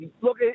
Look